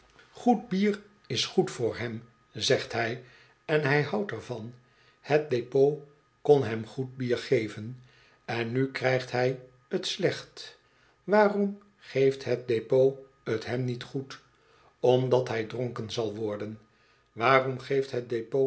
goed bier is goed voor hom zegt hij en hij houdt er van het depot kon hem goed bier geven en nu krijgt hij t slecht waarom geeft het depot t hem niet goed omdat hij dronken zal worden waarom geeft het